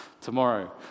tomorrow